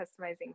customizing